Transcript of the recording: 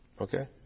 Okay